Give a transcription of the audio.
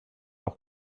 auch